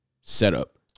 setup